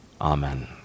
Amen